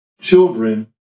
children